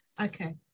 Okay